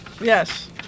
Yes